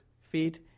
feet